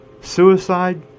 suicide